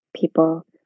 people